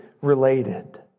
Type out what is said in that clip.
related